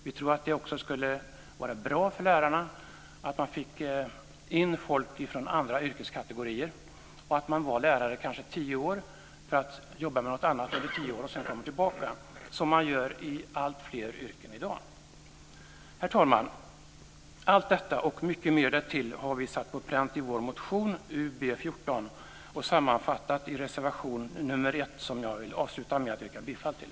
Vi tror att det skulle vara bra för lärarna om man fick in folk från andra yrkeskategorier och att man är lärare i kanske tio för att jobba med något annat under tio år och sedan kommer tillbaka. Så gör man ju i alltfler yrken i dag. Herr talman! Allt detta och mycket mer därtill har vi satt på pränt i vår motion Ub14. Det finns sammanfattat i reservation nr 1, som jag vill avsluta med att yrka bifall till.